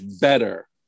better